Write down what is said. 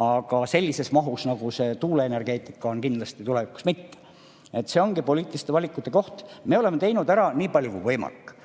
aga sellises mahus, nagu tuuleenergeetika on, kindlasti tulevikus mitte. See ongi poliitiliste valikute koht. Me oleme teinud ära nii palju kui võimalik,